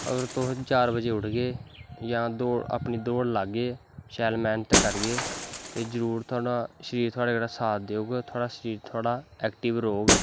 अगर तुस चार बज़े उठगे जां अपनी दौड़ लाग्गे शैल मैह्नत करगे तां जरूर थोआड़ा शरीर थोआड़े शरीर साथ देग थोआड़ा ऐकटिव रौह्ग